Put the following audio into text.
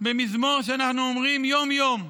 במזמור שאנחנו אומרים יום-יום,